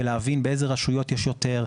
ולהבין באיזה רשויות יש יותר.